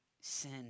Sin